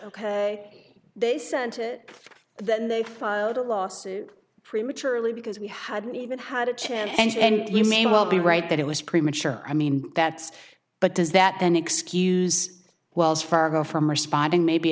ok they sent it then they filed a lawsuit prematurely because we hadn't even had a chance and you may well be right that it was premature i mean that but does that then excuse wells fargo from responding maybe